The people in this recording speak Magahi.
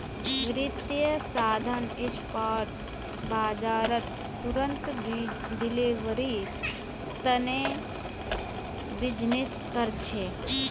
वित्तीय साधन स्पॉट बाजारत तुरंत डिलीवरीर तने बीजनिस् कर छे